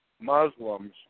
Muslims